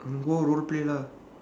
go roleplay lah